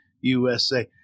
USA